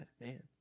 man